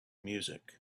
music